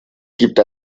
gibt